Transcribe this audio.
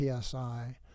PSI